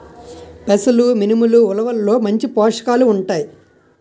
పెసలు మినుములు ఉలవల్లో మంచి పోషకాలు ఉంటాయి